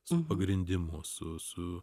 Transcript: su pagrindimu su su